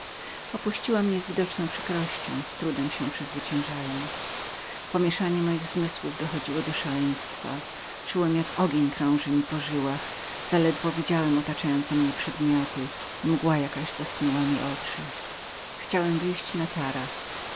opuściła mnie z przykrem uczuciem jak gdyby chciała była sama się przezwyciężyć pomieszanie moich zmysłów dochodziło do szaleństwa czułem jak ogień krążył mi po żyłach zaledwo widziałem co się koło mnie działo krwawy jakiś obłok rozpinał się przed memi oczyma wyszedłem drogą na taras